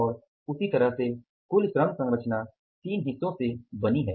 और उस तरह से कुल श्रम संरचना तीन हिस्सों से बनी है